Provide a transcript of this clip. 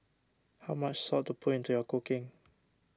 how much salt to put into your cooking